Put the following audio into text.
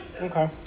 okay